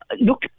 look